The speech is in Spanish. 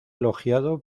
elogiado